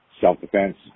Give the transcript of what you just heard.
self-defense